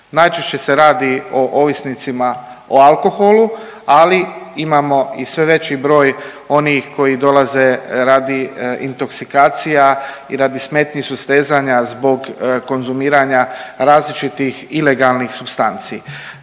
Najčešće se radi o ovisnicima o alkoholu, ali imamo i sve veći broj onih koji dolaze radi intoksikacija i radi smetnji sustezanja zbog konzumiranja različitih ilegalnih supstanci.